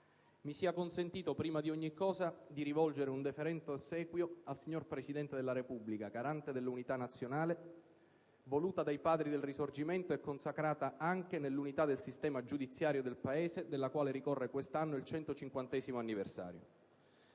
Mi sia consentito, prima di ogni cosa, di rivolgere un deferente ossequio al signor Presidente della Repubblica, garante dell'unità nazionale voluta dai Padri del Risorgimento e consacrata anche nell'unità del sistema giudiziario del Paese, della quale ricorre quest'anno il 150° anniversario.